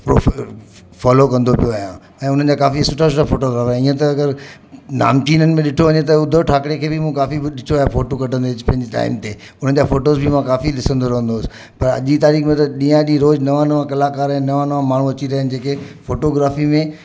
prof follow कंदो पियो आहियां ऐं उन्हनि जा काफ़ी सुठा सुठा फोटोग्राफ आहे ईअं त अगरि नामचीननि में ॾिठो वञे त उधव ठाकरे खे बि मां काफ़ी कुझु ॾिठो आहे फ़ोटूं कढंदे विच पंहिंजे जाइनि ते उन्हनि जा फोटोज़ बि मां काफ़ी ॾिसंदो रहंदो हुउसि पर अॼु जी तारीख़ में त ॾीहं ॾीहं रोज़ु नवा नवा कलाकारु आहिनि नवा नवा माण्हू अची रहिया आहिनि जेके फोटोग्राफी में